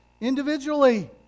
individually